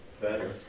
better